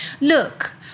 Look